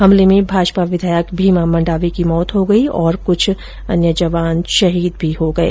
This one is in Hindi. हमले में भाजपा विधायक भीमा मंडावी की मौत हो गई और कुछ जवान शहीद भी हुए